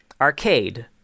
Arcade